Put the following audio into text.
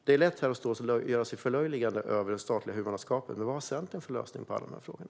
Det är lätt att stå här och förlöjliga det statliga huvudmannaskapet, men vad har Centern för lösning på alla de här frågorna?